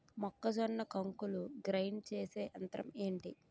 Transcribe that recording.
మొక్కజొన్న కంకులు గ్రైండ్ చేసే యంత్రం ఏంటి?